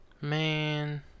Man